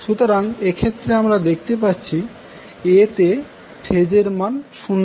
সুতরাং এক্ষেত্রে আমরা দেখতে পাচ্ছি A তে ফেজ এর মান 0০